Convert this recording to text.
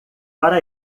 para